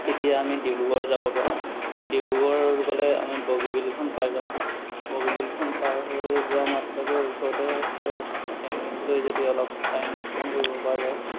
তেতিয়া আমি ডিব্ৰুগড় যাব পাৰোঁ ডিব্ৰুগড় গ'লে আমি বগীবিলখন পাই যাওঁ বগীবিলখন পাৰ হৈ যোৱা মাত্ৰকে ওচৰতে ধৰক ফেমেলি লৈ যদি অলপ টাইম স্পেণ্ড কৰিব পৰা যায়